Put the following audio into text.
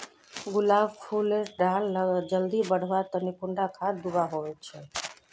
गुलाब फुल डा जल्दी बढ़वा तने कुंडा खाद दूवा होछै?